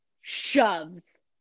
shoves